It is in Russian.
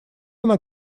она